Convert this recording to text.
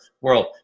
World